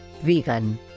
vegan